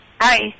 hi